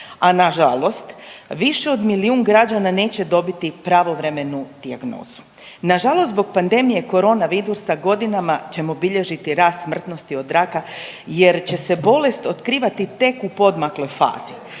a na žalost više od milijun građana neće dobiti pravovremenu dijagnozu. Na žalost zbog pandemije koronavirusa godinama ćemo bilježiti rast smrtnosti od raka jer će se bolest otkrivati tek u podmakloj fazi.